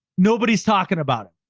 nobody's talking about it,